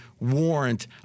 warrant